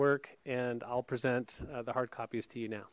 work and i'll present the hard copies to you now